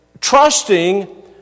Trusting